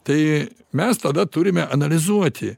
tai mes tada turime analizuoti